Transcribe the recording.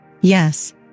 Yes